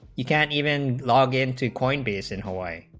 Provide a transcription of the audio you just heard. you can't even log into quite basic white